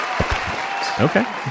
Okay